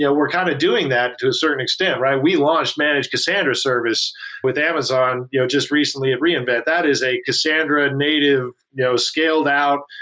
yeah we're kind of doing that to a certain extent, right? we launched managed cassandra service with amazon you know just recently at reinvent. that is a cassandra native you know scale out.